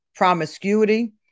Promiscuity